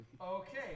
Okay